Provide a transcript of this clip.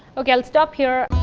okay, i will stop here.